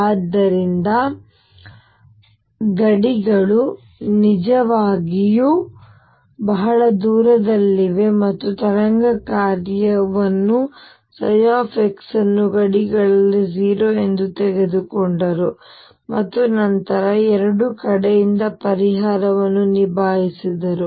ಆದ್ದರಿಂದ ಗಡಿಗಳು ನಿಜವಾಗಿಯೂ ಬಹಳ ದೂರದಲ್ಲಿವೆ ಮತ್ತು ತರಂಗ ಕಾರ್ಯವನ್ನು ψಅನ್ನು ಗಡಿಗಳಲ್ಲಿ 0 ಎಂದು ತೆಗೆದುಕೊಂಡರು ಮತ್ತು ನಂತರ ಎರಡೂ ಕಡೆಯಿಂದ ಪರಿಹಾರವನ್ನು ನಿಭಾಯಿಸಿದರು